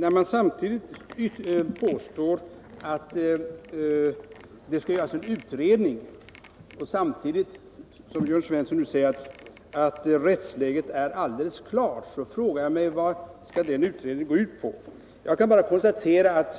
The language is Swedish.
När det krävs att det skall göras en utredning och samtidigt sägs att rättsläget är alldeles klart frågar jag mig vad den utredningen skall gå ut på. Jag kan bara säga att